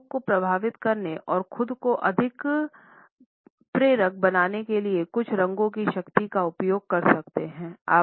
आप लोगों को प्रभावित करने और खुद को अधिक प्रेरक बनाने के लिए कुछ रंगों की शक्ति का उपयोग कर सकते हैं